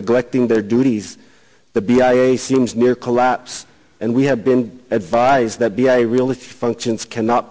neglecting their duties the b i seems near collapse and we have been advised that the a religious functions cannot